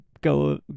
go